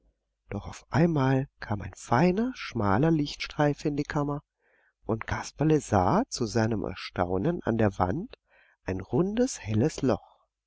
doch auf einmal kam ein feiner schmaler lichtstreif in die kammer und kasperle sah zu seinem erstaunen an der wand ein rundes helles loch